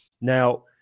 Now